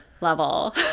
level